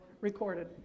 recorded